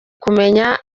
kumenya